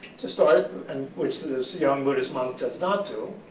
to start and which to this young buddhist monk does not do,